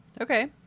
Okay